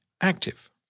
active